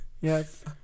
yes